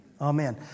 Amen